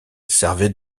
servait